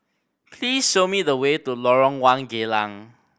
please show me the way to Lorong One Geylang